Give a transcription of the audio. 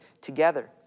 together